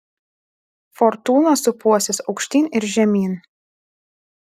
fortūna sūpuosis aukštyn ir žemyn